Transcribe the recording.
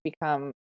become